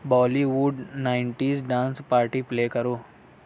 Bali would nineties dance party play کرو